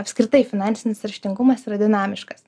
apskritai finansinis raštingumas yra dinamiškas